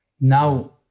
Now